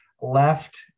left